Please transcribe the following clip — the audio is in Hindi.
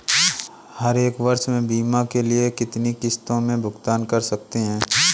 हम एक वर्ष में बीमा के लिए कितनी किश्तों में भुगतान कर सकते हैं?